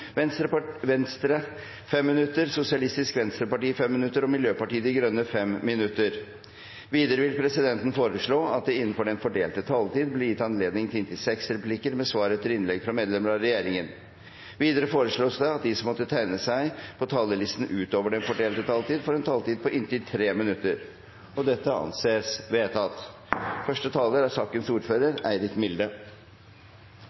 minutter, Venstre 5 minutter, Sosialistisk Venstreparti 5 minutter og Miljøpartiet De Grønne 5 minutter. Videre vil presidenten foreslå at det – innenfor den fordelte taletid – blir gitt anledning til replikkordskifte på inntil seks replikker med svar etter innlegg fra medlemmer av regjeringen. Videre foreslås det at de som måtte tegne seg på talerlisten utover den fordelte taletid, får en taletid på inntil 3 minutter. – Det anses vedtatt.